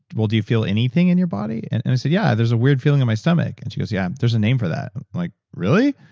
well, do you feel anything in your body? and and i said, yeah. there's a weird feeling in my stomach. and she goes, yeah. there's a name for that. like, really?